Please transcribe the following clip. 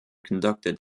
conducted